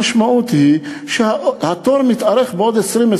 המשמעות היא שהתור מתארך בעוד 20%,